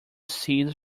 seeds